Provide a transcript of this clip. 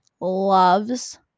loves